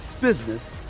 business